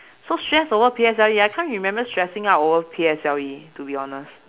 so stress over P_S_L_E I can't remember stressing out over P_S_L_E to be honest